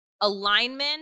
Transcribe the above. alignment